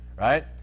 right